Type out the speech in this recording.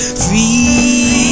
free